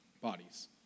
bodies